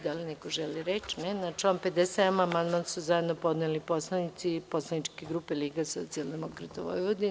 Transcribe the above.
Da li neko želi reč? (Ne.) Na član 57. amandman su zajedno podneli poslanici poslaničke grupe LSV.